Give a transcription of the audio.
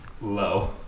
Low